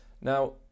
Now